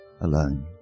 Alone